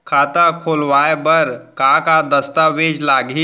खाता खोलवाय बर का का दस्तावेज लागही?